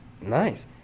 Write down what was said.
Nice